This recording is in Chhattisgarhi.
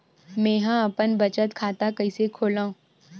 मेंहा अपन बचत खाता कइसे खोलव?